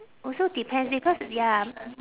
also depends because ya